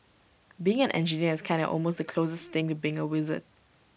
being an engineer is kinda almost the closest thing to being A wizard